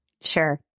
Sure